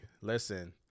listen